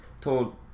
told